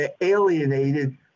alienated